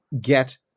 get